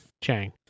Chang